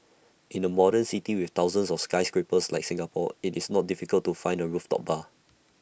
in A modern city with thousands of skyscrapers like Singapore IT is not difficult to find A rooftop bar